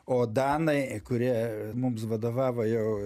o danai kurie mums vadovavo jau